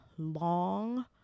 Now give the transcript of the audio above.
long